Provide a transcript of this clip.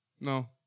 No